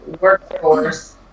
workforce